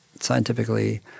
scientifically